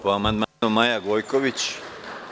Po amandmanu Maja Gojković.